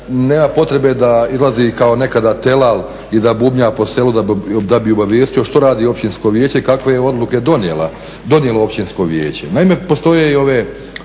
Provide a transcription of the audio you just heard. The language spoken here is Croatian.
nema potrebe da izlazi kao nekada telal i da bubnja po selu da bi obavijestio što radi općinsko vijeće i kakve je odluke donijelo općinsko vijeće. Naime, postoje i ove